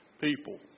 people